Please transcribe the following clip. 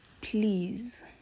please